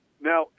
Now